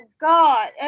God